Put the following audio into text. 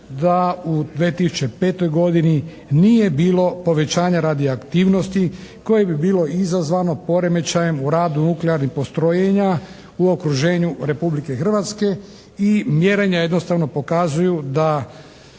da u 2005. godini nije bilo povećanja radioaktivnosti koje bi bilo izazvano poremećajem u radu nuklearnih postrojenja u okruženju Republike Hrvatske. I mjerenja jednostavno pokazuju da